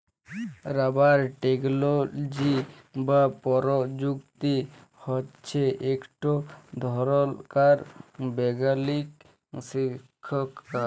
rubber technology বা পরযুক্তি হছে ইকট ধরলকার বৈগ্যালিক শিখ্খা